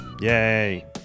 Yay